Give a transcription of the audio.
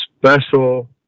special